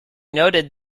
noted